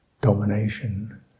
domination